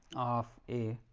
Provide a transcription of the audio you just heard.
of a